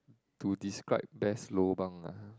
to describe best lobang ah